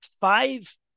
five